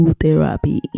therapy